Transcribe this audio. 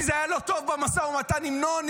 כי זה היה לו טוב במשא ומתן עם נוני.